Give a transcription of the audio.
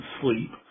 sleep